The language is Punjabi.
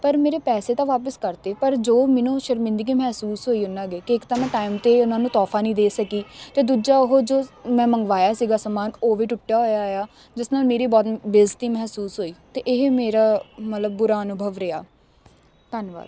ਪਰ ਮੇਰੇ ਪੈਸੇ ਤਾਂ ਵਾਪਸ ਕਰਤੇ ਪਰ ਜੋ ਮੈਨੂੰ ਸ਼ਰਮਿੰਦਗੀ ਮਹਿਸੂਸ ਹੋਈ ਉਹਨਾਂ ਅੱਗੇ ਕਿ ਇੱਕ ਤਾਂ ਮੈਂ ਟਾਈਮ 'ਤੇ ਉਹਨਾਂ ਨੂੰ ਤੋਹਫਾ ਨਹੀਂ ਦੇ ਸਕੀ ਅਤੇ ਦੂਜਾ ਉਹ ਜੋ ਮੈਂ ਮੰਗਵਾਇਆ ਸੀਗਾ ਸਮਾਨ ਉਹ ਵੀ ਟੁੱਟਿਆ ਹੋਇਆ ਆਇਆ ਜਿਸ ਨਾਲ ਮੇਰੀ ਬਹੁਤ ਬੇਇਜ਼ਤੀ ਮਹਿਸੂਸ ਹੋਈ ਅਤੇ ਇਹ ਮੇਰਾ ਮਤਲਬ ਬੁਰਾ ਅਨੁਭਵ ਰਿਹਾ ਧੰਨਵਾਦ